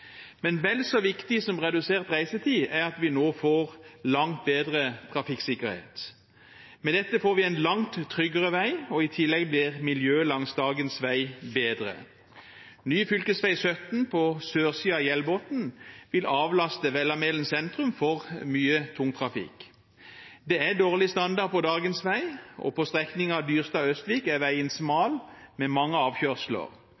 Men vel så viktig som redusert reisetid er at vi nå får langt bedre trafikksikkerhet. Med dette får vi en langt tryggere vei, og i tillegg blir miljøet langs dagens vei bedre. Ny fv. 17 på sørsiden av Hjellbotn vil avlaste Vellamelen sentrum for mye tungtrafikk. Det er dårlig standard på dagens vei. På strekningen Dyrstad–Østvik er veien smal med mange avkjørsler, og på nordsiden av Hjellbotn er veien